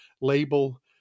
label